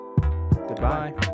Goodbye